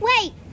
Wait